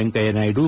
Venkaiah Naidu